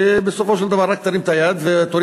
שבסופו של דבר רק תרים את היד ותוריד